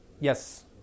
Yes